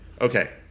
Okay